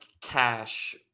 cash